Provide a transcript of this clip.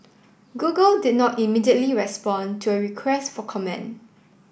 Google did not immediately respond to a request for comment